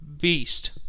beast